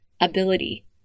ability